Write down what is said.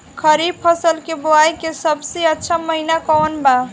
खरीफ फसल के बोआई के सबसे अच्छा महिना कौन बा?